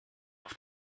auf